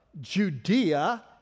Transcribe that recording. Judea